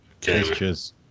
Cheers